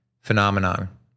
phenomenon